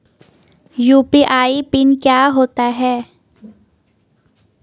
UPI pin क्या होता है?